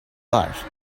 life